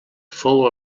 fou